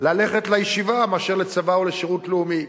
ללכת לישיבה מאשר לצבא או לשירות לאומי.